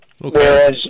Whereas